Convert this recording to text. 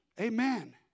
Amen